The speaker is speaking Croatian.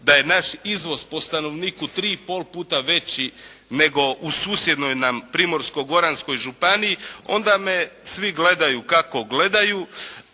da je naš izvoz po stanovniku tri i pol puta veći nego u susjednoj nam Primorsko-goranskoj županiji onda me svi gledaju kako gledaju